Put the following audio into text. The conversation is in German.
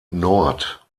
nord